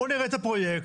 בוא נראה את הפרויקט.